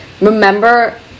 remember